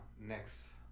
next